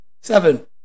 seven